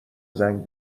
زنگ